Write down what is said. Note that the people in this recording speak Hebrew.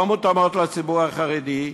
לא מותאמות לציבור החרדי.